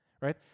right